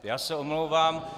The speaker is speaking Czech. Já se omlouvám...